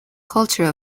culture